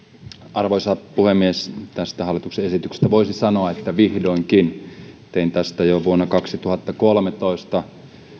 arvoisa puhemies tästä hallituksen esityksestä voisi sanoa että vihdoinkin tein tästä jo vuonna kaksituhattakolmetoista